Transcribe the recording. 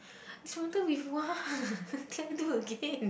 so wonder you want cannot do again